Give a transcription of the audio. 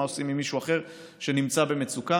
מה עושים עם מישהו אחר שנמצא במצוקה?